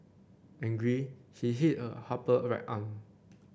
angry he hit her upper right arm